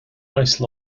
ice